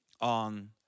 on